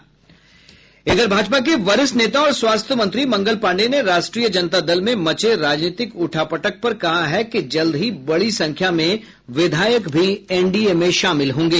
भाजपा के वरिष्ठ नेता और स्वास्थ्य मंत्री मंगल पांडेय ने राष्ट्रीय जनता दल में मचे राजनीतिक उठा पटक पर कहा है कि जल्द ही बडी संख्या में विधायक भी एनडीए में शामिल होंगे